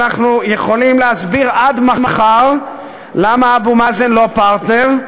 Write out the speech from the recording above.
אנחנו יכולים להסביר עד מחר למה אבו מאזן לא פרטנר,